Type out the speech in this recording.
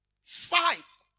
Five